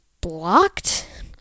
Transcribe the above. blocked